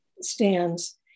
stands